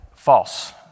false